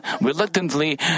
reluctantly